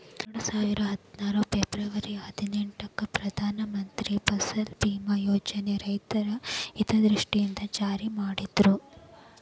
ಎರಡುಸಾವಿರದ ಹದ್ನಾರು ಫೆಬರ್ವರಿ ಹದಿನೆಂಟಕ್ಕ ಪ್ರಧಾನ ಮಂತ್ರಿ ಫಸಲ್ ಬಿಮಾ ಯೋಜನನ ರೈತರ ಹಿತದೃಷ್ಟಿಯಿಂದ ಜಾರಿ ಮಾಡಿದ್ರು